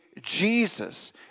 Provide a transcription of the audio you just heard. Jesus